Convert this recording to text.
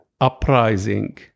uprising